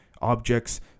Objects